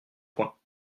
point